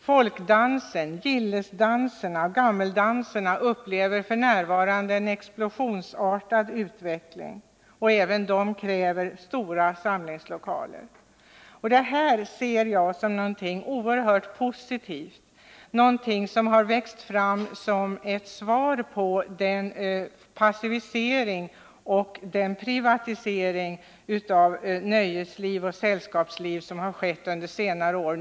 Folkdans, gillesdanser och gammeldans upplever f. n. en explosionsartad utveckling, och även de aktiviteterna kräver stora samlingslokaler. Detta ser jag som något oerhört positivt, som växt fram som ett svar på den passivisering och privatisering av nöjesliv och sällskapsliv som ägt rum under senare år.